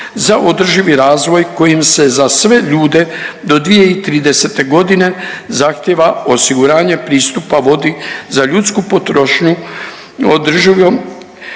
za održivi razvoj kojim se za sve ljude do 2030. godine zahtjeva osiguranje pristupa vodi za ljudsku potrošnju, održivom